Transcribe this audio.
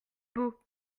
beau